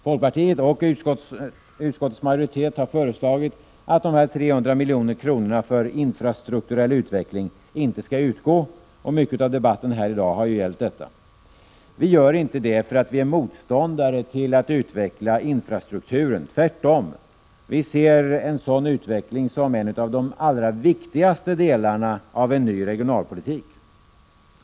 Folkpartiet och utskottets majoritet har föreslagit, att dessa 300 miljoner för ”infrastrukturell utveckling” inte skall utgå, och mycket av debatten i dag har gällt detta. Vi föreslår inte det för att vi är motståndare till att utveckla infrastrukturen. Tvärtom ser vi en sådan utveckling som en av de viktigaste delarna av en ny regionalpolitik.